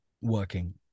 Working